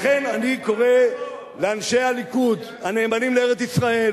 לכן, אני קורא לאנשי הליכוד הנאמנים לארץ-ישראל: